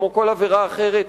כמו כל עבירה אחרת,